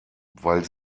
weil